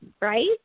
Right